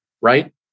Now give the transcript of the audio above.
right